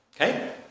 Okay